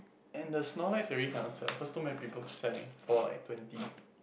and the Snorlax really cannot sell cause too many people selling for like twenty